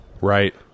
Right